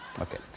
Okay